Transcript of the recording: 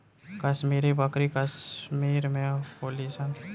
कश्मीरी बकरी कश्मीर में होली सन